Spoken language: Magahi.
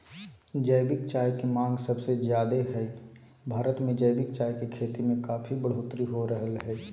जैविक चाय के मांग सबसे ज्यादे हई, भारत मे जैविक चाय के खेती में काफी बढ़ोतरी हो रहल हई